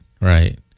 right